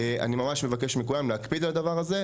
אני ממש מבקש מכולם להקפיד על הדבר הזה.